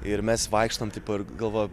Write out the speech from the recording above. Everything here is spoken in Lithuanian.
ir mes vaikštom tipo ir galvoju